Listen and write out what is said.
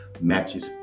matches